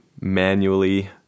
manually